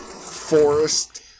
forest